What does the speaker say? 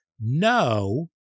no